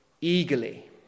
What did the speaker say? eagerly